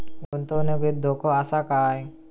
गुंतवणुकीत धोको आसा काय?